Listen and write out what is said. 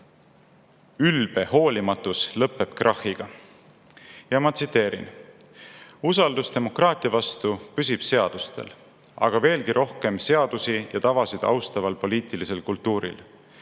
"Ülbe hoolimatus lõpeb krahhiga". Ja ma tsiteerin: "Usaldus demokraatia vastu püsib seadustel, aga veelgi rohkem seadusi ja tavasid austaval poliitilisel kultuuril.